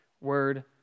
Word